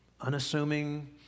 unassuming